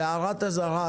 הערת אזהרה: